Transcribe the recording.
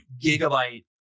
gigabyte